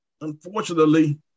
unfortunately